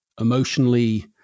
emotionally